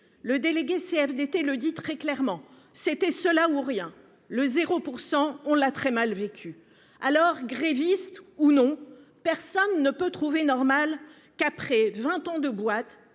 le délégué CFDT le dis très clairement. C'était cela ou rien. Le 0%, on l'a très mal vécu alors grévistes ou non, personne ne peut trouver normal qu'après 20 ans de boîte.